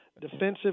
defensive